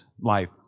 life